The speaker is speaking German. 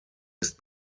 ist